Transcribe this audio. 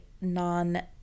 non